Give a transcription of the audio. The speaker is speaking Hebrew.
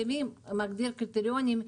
מי מגדיר קריטריונים?